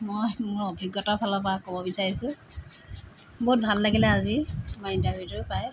মই মোৰ অভিজ্ঞতা ফালৰ পৰা ক'ব বিচাৰিছোঁ বহুত ভাল লাগিলে আজি তোমাৰ ইণ্টাৰভিউটো পাই